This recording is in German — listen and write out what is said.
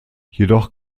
jedoch